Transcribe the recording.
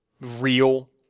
real